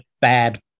bad